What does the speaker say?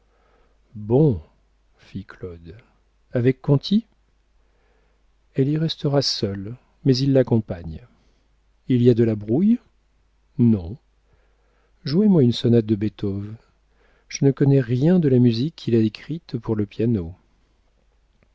claude avec conti elle y restera seule mais il l'accompagne il y a de la brouille non jouez moi une sonate de beethoven je ne connais rien de la musique qu'il a écrite pour le piano